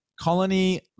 Colony